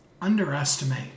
underestimate